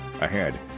Ahead